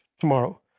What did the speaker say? tomorrow